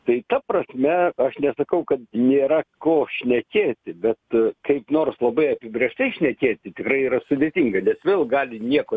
tai ta prasme aš nesakau kad nėra ko šnekėti bet kaip nors labai apibrėžtai šnekėti tikrai yra sudėtinga nes vėl gali nieko